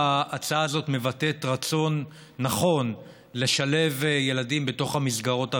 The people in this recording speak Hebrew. ההצעה הזאת מבטאת רצון נכון לשלב ילדים בתוך המסגרות הרגילות.